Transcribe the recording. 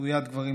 כדוריד גברים,